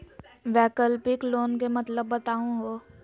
वैकल्पिक लोन के मतलब बताहु हो?